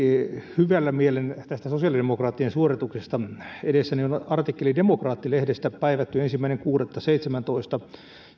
hyvillä mielin tästä sosiaalidemokraattien suorituksesta edessäni on artikkeli demokraatti lehdestä päivätty ensimmäinen kuudetta seitsemäntoista